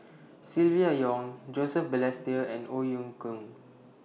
Silvia Yong Joseph Balestier and Ong Ye Kung